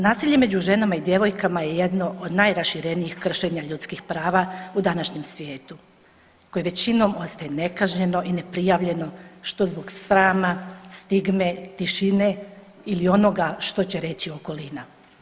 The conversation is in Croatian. Nasilje među ženama i djevojkama je jedno od najraširenijih kršenja ljudskih prava u današnjem svijetu koje većinom ostaje nekažnjeno i neprijavljeno, što zbog srama, stigme, tišine ili onoga što će reći okolina.